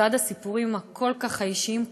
לצד הסיפורים הכל-כך אישיים,